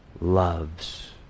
loves